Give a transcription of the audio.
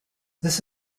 this